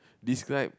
describe